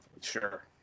sure